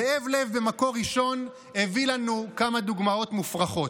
זאב לב במקור ראשון הביא לנו כמה דוגמאות מופרכות: